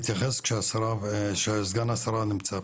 אבל עם כל חבריי שהתייחסו באמת נעם לי לשמוע,